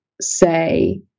say